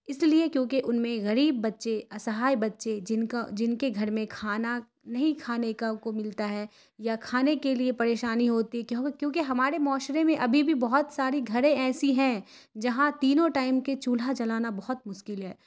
اس لیے کیونکہ ان میں غریب بچے اسہائے بچے جن کا جن کے گھر میں کھانا نہیں کھانے کا کو ملتا ہے یا کھانے کے لیے پریشانی ہوتی ہے کیونکہ ہمارے معاشرے میں ابھی بھی بہت ساری گھریں ایسی ہیں جہاں تینوں ٹائم کے چولہا جلانا بہت مشکل ہے